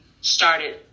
started